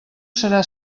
serà